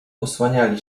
osłaniali